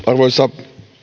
arvoisa